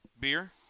Beer